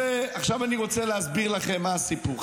רוצה להסביר לכם מה הסיפור.